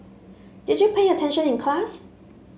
did you pay attention in class